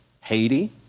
Haiti